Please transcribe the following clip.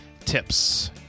tips